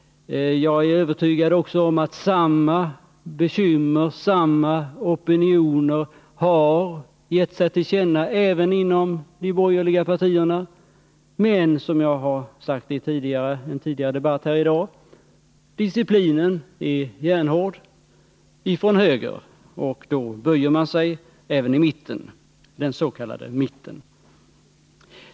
Jag är övertygad om att samma bekymmer, samma opinioner har gett sig till känna inom de borgerliga partierna. Men det är som jag har sagt i en tidigare debatt här i dag: Disciplinen är järnhård från höger, och då böjer man sig även i den s.k. mitten.